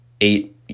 eight